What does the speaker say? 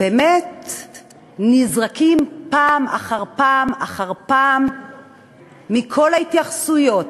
באמת נזרקים פעם אחר פעם אחר פעם מכל ההתייחסויות,